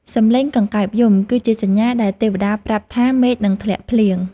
សំឡេងកង្កែបយំ គឺជាសញ្ញាដែលទេវតាប្រាប់ថាមេឃនឹងធ្លាក់ភ្លៀង។